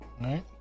Right